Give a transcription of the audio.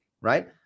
right